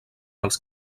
als